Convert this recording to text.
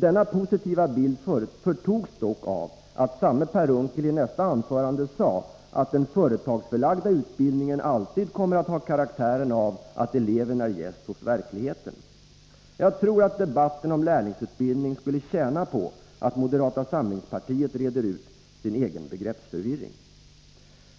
Denna positiva bild förtogs dock av att samme Per Unckel i nästa anförande sade, att den företagsförlagda utbildningen alltid kommer att ha karaktären av att eleven är gäst hos verkligheten. Jag tror att debatten om lärlingsutbildning skulle tjäna på att moderata samlingspartiet reder ut sin egen begreppsförvirring.